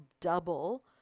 double